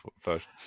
first